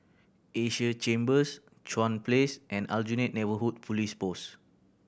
Asia Chambers Chuan Place and Aljunied Neighbourhood Police Post